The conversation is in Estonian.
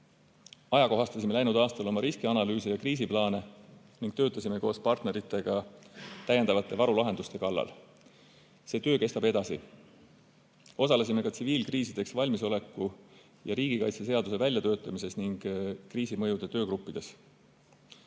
Ajakohastasime läinud aastal oma riskianalüüse ja kriisiplaane ning töötasime koos partneritega täiendavate varulahenduste kallal. See töö kestab edasi. Osalesime ka tsiviilkriisideks valmisoleku ja riigikaitseseaduse väljatöötamises ning kriisi mõjude töögruppides.